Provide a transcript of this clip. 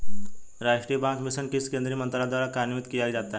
राष्ट्रीय बांस मिशन किस केंद्रीय मंत्रालय द्वारा कार्यान्वित किया जाता है?